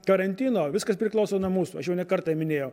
karantino viskas priklauso nuo mūsų aš jau ne kartą minėjau